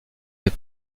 des